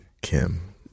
Kim